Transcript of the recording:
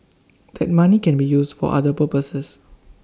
that money can be used for other purposes